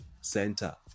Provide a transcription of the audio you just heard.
center